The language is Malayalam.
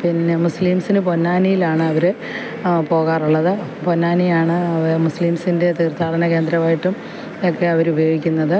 പിന്നെ മുസ്ലിംസിന് പൊന്നാനിയിലാണ് അവർ പോകാറുള്ളത് പൊന്നാനിയാണ് മുസ്ലിംസിൻ്റെ തീർത്ഥാടന കേന്ദ്രമായിട്ടും ഒക്കെ അവർ ഉപയോഗിക്കുന്നത്